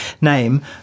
name